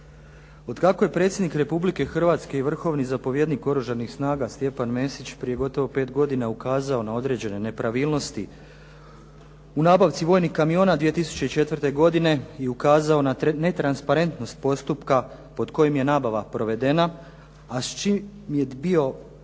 Otkako je Predsjednik Republike Hrvatske i Vrhovni zapovjednik Oružanih snaga, Stjepan Mesić, prije gotovo pet godina ukazao na određene nepravilnosti u nabavci vojnih kamiona 2004. godine i ukazao na netransparentnost postupka pod kojim je nabava provedena a s čime je bio